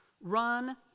run